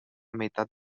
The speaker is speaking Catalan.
meitat